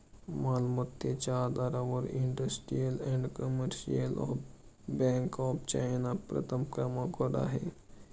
मालमत्तेच्या आधारावर industrial and commercial bank of China प्रथम क्रमांकावर आहे